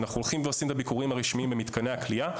כשאנחנו הולכים ועושים את הביקורים הרשמיים במתקני הכליאה,